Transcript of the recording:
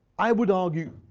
i would argue,